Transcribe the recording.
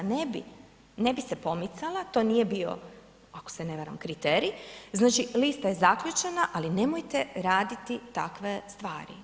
Ne bi, ne bi se pomicala, to nije bio ako se ne varam kriterij, znači lista je zaključena ali nemojte raditi takve stvari.